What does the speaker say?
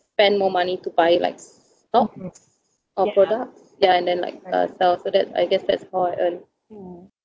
spend more money to buy like stocks or products ya and then like uh stuff so that I guess that's how I earn